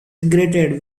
regretted